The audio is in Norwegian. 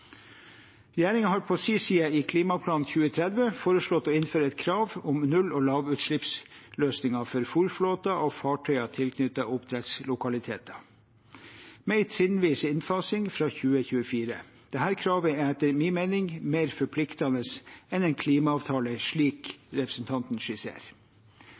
har på sin side, i Klimaplan 2030, foreslått å innføre et krav om null- og lavutslippsløsninger for fôrflåter og fartøy tilknyttet oppdrettslokaliteter, med en trinnvis innfasing fra 2024. Dette kravet er etter min mening mer forpliktende enn en klimaavtale slik representanten skisserer.